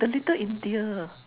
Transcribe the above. the Little India